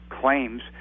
claims